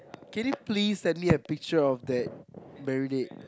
can you please send me a picture of that marinate